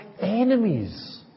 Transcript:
enemies